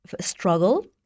struggle